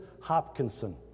Hopkinson